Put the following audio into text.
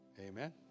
Amen